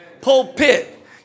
Pulpit